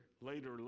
later